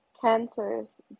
cancers